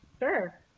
sure